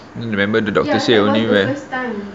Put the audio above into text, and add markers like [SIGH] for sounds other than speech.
[BREATH] remember the doctor say only when